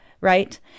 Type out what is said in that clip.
right